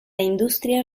industria